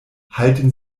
halten